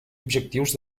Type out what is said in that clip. objectius